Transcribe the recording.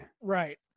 right